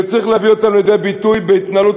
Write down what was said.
וצריך להביא אותן לידי ביטוי בהתנהלות